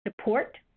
support